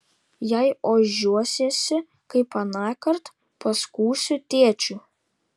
jei ožiuosiesi kaip anąkart paskųsiu tėčiui